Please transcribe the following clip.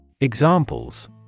Examples